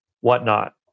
whatnot